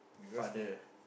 father